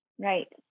Right